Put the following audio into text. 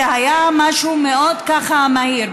זה היה משהו מאוד מהיר.